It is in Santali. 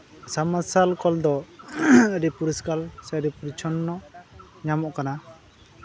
ᱥᱟᱵ ᱢᱟᱨᱥᱟᱞ ᱠᱚᱞ ᱫᱚ ᱟᱹᱰᱤ ᱯᱚᱨᱤᱥᱠᱟᱨ ᱯᱚᱨᱤᱪᱷᱚᱱᱱᱚ ᱧᱟᱢᱚᱜ ᱠᱟᱱᱟ